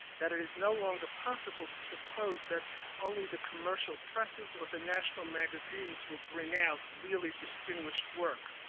that it is no longer possible to suppose that only the commercial presses or the national magazines will bring out really distinguished work,